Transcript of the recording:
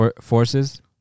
forces